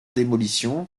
démolition